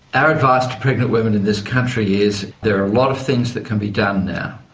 our advice to pregnant women in this country is there are a lot of things that can be done now.